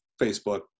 Facebook